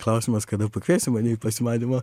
klausimas kada pakviesi mane į pasimatymą